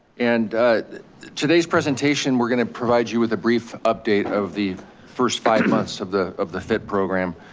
and today's presentation, we're gonna provide you with a brief update of the first five months of the of the fit program.